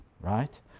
right